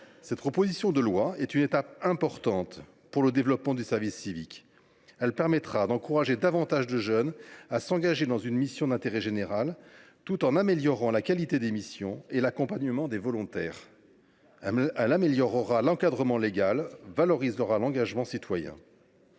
Cette proposition de loi est une étape importante pour le développement du service civique. Si elle est adoptée, elle encouragera plus de jeunes à s’engager dans une mission d’intérêt général, tout en améliorant la qualité des missions et l’accompagnement des volontaires. Elle renforcera l’encadrement légal et valorisera l’engagement citoyen.